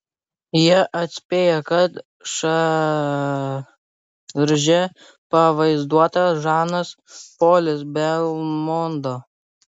jie atspėjo kad šarže pavaizduotas žanas polis belmondo